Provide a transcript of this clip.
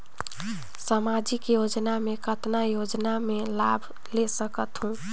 समाजिक योजना मे कतना योजना मे लाभ ले सकत हूं?